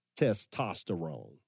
testosterone